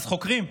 אז חוקרים,